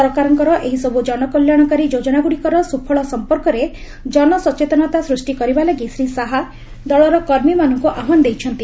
ସରକାରଙ୍କର ଏହିସବୁ ଜନକଲ୍ୟାଶକାରୀ ଯୋଜନାଗୁଡ଼ିକର ସୁଫଳ ସମ୍ପର୍କରେ ଜନ ସଚେତନତା ସୃଷ୍ଟି କରିବା ଲାଗି ଶ୍ରୀ ଶାହା ଦଳର କର୍ମୀମାନଙ୍କ ଆହ୍ୱାନ ଦେଇଛନ୍ତି